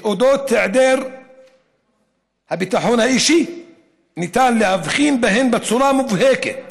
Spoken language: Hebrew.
היעדר הביטחון האישי שניתן להבחין בו בצורה מובהקת